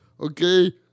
okay